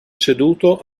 ceduto